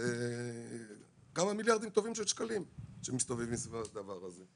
זה כמה מיליארדים טובים של שקלים שמסתובבים סביב הדבר הזה,